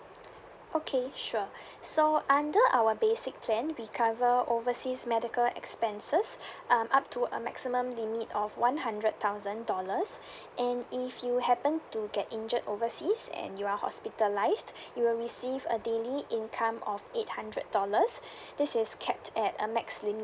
okay sure so under our basic plan we cover overseas medical expenses um up to a maximum limit of one hundred thousand dollars and if you happen to get injured overseas and you are hospitalized you will receive a daily income of eight hundred dollars this is cap at a max limit